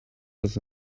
was